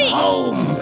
home